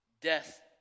death